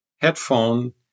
headphone